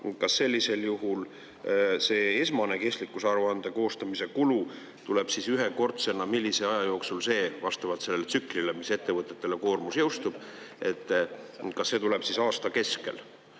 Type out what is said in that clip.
Kas sellisel juhul see esmane kestlikkusaruande koostamise kulu tuleb ühekordsena, millise aja jooksul see vastavalt sellele tsüklile, mis ettevõtetele koormus jõustub, kas see tuleb aasta keskel